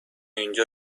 اینجا